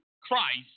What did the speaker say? Christ